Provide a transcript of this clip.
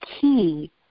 key